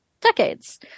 decades